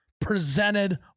presented